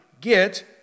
get